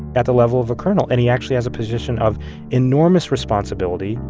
at the level of a colonel. and he actually has a position of enormous responsibility,